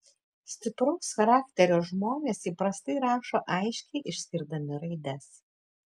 stipraus charakterio žmonės įprastai rašo aiškiai išskirdami raides